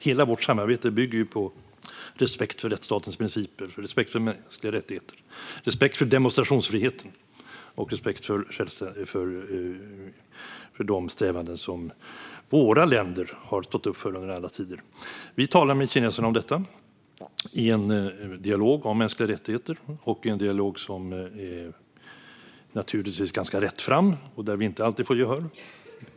Hela vårt samarbete bygger ju på respekt för rättsstatens principer, respekt för mänskliga rättigheter, respekt för demonstrationsfriheten och respekt för de strävanden som våra länder har stått upp för under alla tider. Vi talar med kineserna om detta i en dialog om mänskliga rättigheter. Det är naturligtvis en rättfram dialog, och vi får inte alltid gehör.